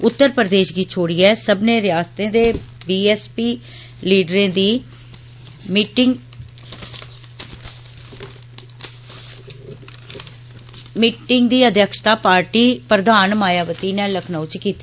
उत्तर प्रदेष गी छोडियै सब्बनें रियासतें दे ठैच् लीडरें दी मीटिंग दी अध्यक्षता पार्टी प्रधान मायावती नै लखनऊ च कीती